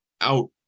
out